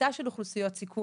קבוצה של אוכלוסיות סיכון.